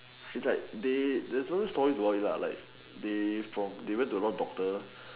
it's like they there's also stories about it lah like they from went to a lot of doctor